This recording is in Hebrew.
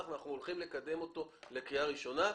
אותו אנחנו הולכים לקדם לקריאה ראשונה.